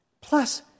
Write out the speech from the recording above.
Plus